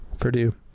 Purdue